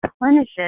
replenishes